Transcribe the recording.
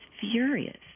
furious